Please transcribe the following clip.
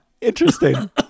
interesting